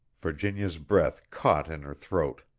virginia's breath caught in her throat.